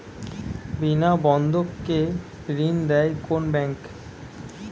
বিনা বন্ধক কে ঋণ দেয় কোন ব্যাংক?